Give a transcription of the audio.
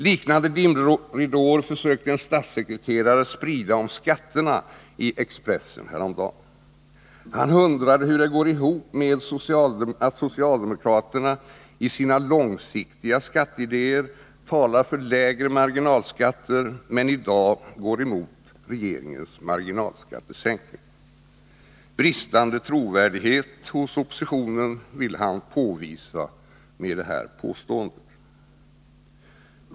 Liknande dimridåer försökte en statssekreterare härom dagen sprida i Expressen om skatterna. Han undrade hur det går ihop att socialdemokraterna i sina långsiktiga skatteresonemang talar för lägre marginalskatter, men i dag går emot regeringens marginalskattesänkningar. Med detta påstående ville han påvisa bristande trovärdighet hos oppositionen.